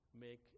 make